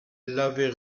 l’avait